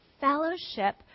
fellowship